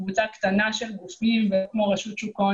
קבוצה קטנה של גופים כמו רשות שוק ההון